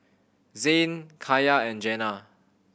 Zayne Kaia and Jenna